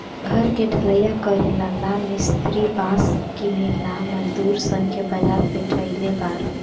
घर के ढलइया करेला ला मिस्त्री बास किनेला मजदूर सन के बाजार पेठइले बारन